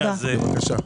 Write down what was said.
ציון.